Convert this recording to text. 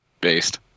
Based